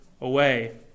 away